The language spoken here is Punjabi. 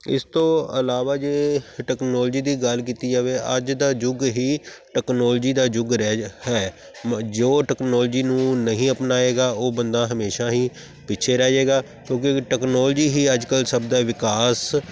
ਇਸ ਤੋਂ ਇਲਾਵਾ ਜੇ ਟੈਕਨੋਲੋਜੀ ਦੀ ਗੱਲ ਕੀਤੀ ਜਾਵੇ ਅੱਜ ਦਾ ਯੁੱਗ ਹੀ ਟੈਕਨੋਲੋਜੀ ਦਾ ਯੁੱਗ ਰਹਿ ਜਾ ਹੈ ਮ ਜੋ ਟੈਕਨੋਲੋਜੀ ਨੂੰ ਨਹੀਂ ਅਪਣਾਵੇਗਾ ਉਹ ਬੰਦਾ ਹਮੇਸ਼ਾ ਹੀ ਪਿੱਛੇ ਰਹਿ ਜਾਵੇਗਾ ਕਿਉਂਕਿ ਟੈਕਨੋਲਜੀ ਹੀ ਅੱਜ ਕੱਲ੍ਹ ਸਭ ਦਾ ਵਿਕਾਸ